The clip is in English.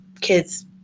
kids